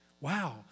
Wow